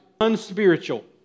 Unspiritual